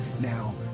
Now